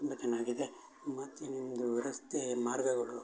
ತುಂಬ ಚೆನ್ನ್ನಾಗಿದೆ ಮತ್ತು ನಿಮ್ಮದು ರಸ್ತೆ ಮಾರ್ಗಗಳು